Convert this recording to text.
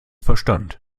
verstand